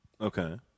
Okay